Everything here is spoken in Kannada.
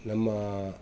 ನಮ್ಮ